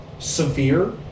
Severe